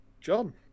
John